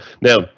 Now